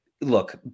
Look